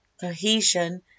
cohesion